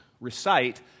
recite